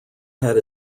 had